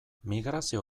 migrazio